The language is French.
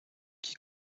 qui